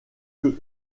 que